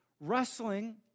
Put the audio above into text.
wrestling